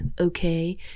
okay